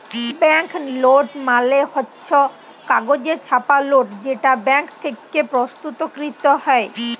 bank note মালে হচ্ছ কাগজে ছাপা লোট যেটা ব্যাঙ্ক থেক্যে প্রস্তুতকৃত হ্যয়